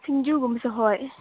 ꯁꯤꯡꯖꯨꯒꯨꯝꯕꯁꯨ ꯍꯣꯏ